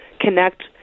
connect